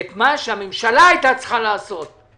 את מה שהממשלה היתה צריכה ללמוד,